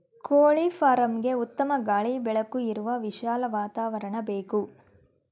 ಕೋಳಿ ಫಾರ್ಮ್ಗೆಗೆ ಉತ್ತಮ ಗಾಳಿ ಬೆಳಕು ಇರುವ ವಿಶಾಲ ವಾತಾವರಣ ಬೇಕು